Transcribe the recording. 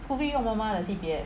school fee 用妈妈的 C_P_F